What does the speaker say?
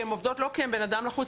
לא כי הן בן אדם לחוץ,